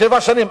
שבע שנים,